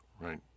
Right